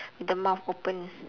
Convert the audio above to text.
the mouth open